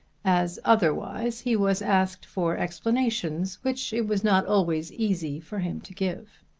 as otherwise he was asked for explanations which it was not always easy for him to give.